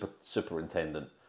superintendent